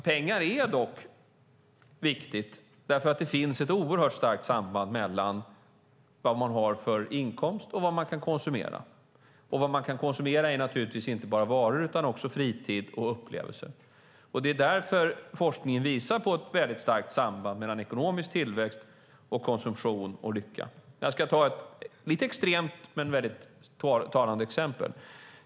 Pengar är dock viktiga därför att det finns ett oerhört starkt samband mellan vad man har för inkomst och vad man kan konsumera. Vad man kan konsumera är naturligtvis inte bara varor utan också fritid och upplevelser. Det är därför som forskningen visar på ett mycket starkt samband mellan ekonomisk tillväxt, konsumtion och lycka. Jag ska ta ett lite extremt men mycket talande exempel.